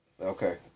Okay